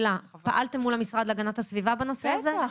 פעלתם מול המשרד להגנת הסביבה בנושא הזה?